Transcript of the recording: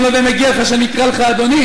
אני לא יודע אם מגיע לך שאני אקרא לך אדוני,